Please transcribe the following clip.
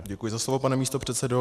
Děkuji za slovo, pane místopředsedo.